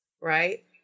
right